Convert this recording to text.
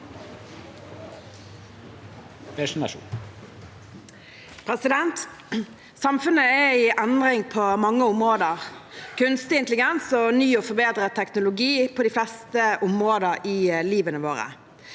Samfunnet er i endring på mange områder, med kunstig intelligens og ny og forbedret teknologi på de fleste områder i livet vårt.